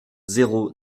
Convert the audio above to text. zéro